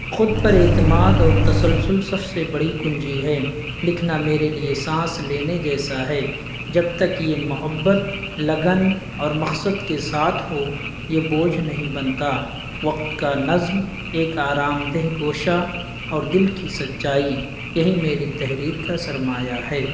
خود پر اعتماد اور تسلسل سب سے بڑی کنجی ہے لکھنا میرے لیے سانس لینے جیسا ہے جب تک یہ محبت لگن اور مقصد کے ساتھ ہو یہ بوجھ نہیں بنتا وقت کا نظم ایک آرام دہ گوشا اور دل کی سچائی یہی میری تحریر کا سرمایہ ہے